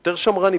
יותר שמרני.